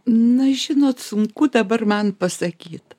na žinot sunku dabar man pasakyt